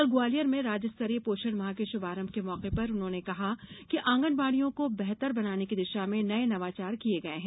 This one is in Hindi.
कल ग्वालियर में राज्य स्तरीय पोषण माह के शुभारभ के मौके पर उन्होंने कहा कि आंगनवाड़ियों को और बेहतर बनाने की दिशा में नये नवाचार किये गये हैं